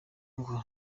ngo